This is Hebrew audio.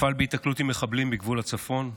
נפל בהיתקלות עם מחבלים בגבול הצפון,